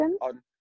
on